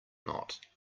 not